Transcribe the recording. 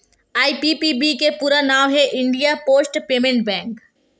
IPPB के पूरा नांव हे इंडिया पोस्ट पेमेंट बेंक हे